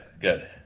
Good